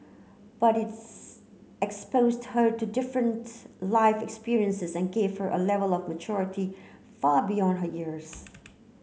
but its exposed her to different life experiences and gave her A Level of maturity far beyond her years